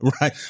right